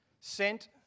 sent